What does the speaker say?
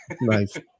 Nice